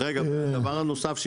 הדבר הנוסף,